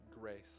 grace